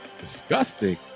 disgusting